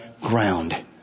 ground